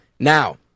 Now